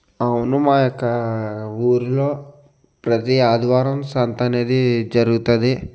అవును మా యొక్క ఊరిలో ప్రతి ఆదివారం సంత అనేది జరుగుతుంది